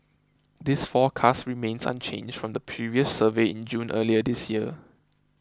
this forecast remains unchanged from the previous survey in June earlier this year